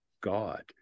god